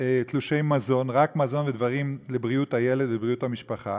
מזון ודברים לבריאות הילד ובריאות המשפחה,